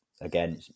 again